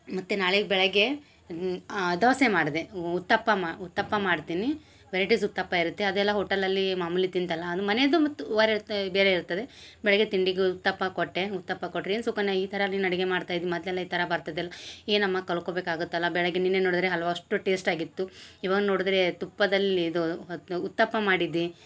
ಮತ್ತು ನಾಳೆಗೆ ಬೆಳಗ್ಗೆ ದೋಸೆ ಮಾಡ್ದೆ ಉತ್ತಪ್ಪ ಮಾ ಉತ್ತಪ್ಪ ಮಾಡ್ತೀನಿ ವೆರೈಟಿಸ್ ಉತ್ತಪ್ಪ ಇರುತ್ತೆ ಅದೆಲ್ಲ ಹೋಟೆಲಲ್ಲಿ ಮಾಮೂಲಿ ತಿಂತಲ್ಲಾ ಅದು ಮನೇದು ಮತ್ತು ಬೇರೆ ಇರ್ತದೆ ಬೆಳಗ್ಗೆ ತಿಂಡಿಗು ಉತ್ತಪ್ಪ ಕೊಟ್ಟೆ ಉತ್ತಪ್ಪ ಕೊಟ್ರಿಂದ ಸುಕನ್ಯ ಈ ಥರ ನೀನು ಅಡಿಗೆ ಮಾಡ್ತಾ ಇದ್ದಿ ಮೊದಲೆಲ್ಲ ಈ ಥರ ಬರ್ತದಿಲ್ಲ ಏನಮ್ಮ ಕಲ್ಕೊಬೇಕಾಗುತ್ತಲ್ಲ ಬೆಳಗ್ಗೆ ನೀನೇ ನೋಡ್ದ್ರೆ ಹಲ್ವಾ ಅಷ್ಟು ಟೇಸ್ಟ್ ಆಗಿತ್ತು ಇವಾಗ ನೋಡಿದರೆ ತುಪ್ಪದಲ್ಲಿ ಇದು ಹತ್ನೊ ಉತ್ತಪ್ಪ ಮಾಡಿದ್ದಿ